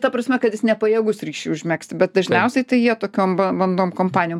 ta prasme kad jis nepajėgus ryšį užmegzti bet dažniausiai tai jie tokiom ban bandom kompanijom